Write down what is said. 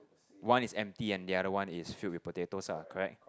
one is empty and the other one is filled with potatoes ah correct